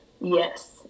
Yes